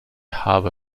harbor